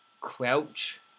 crouch